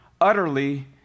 utterly